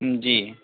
जी